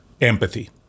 empathy